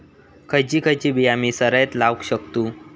खयची खयची बिया आम्ही सरायत लावक शकतु?